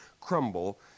crumble